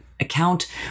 account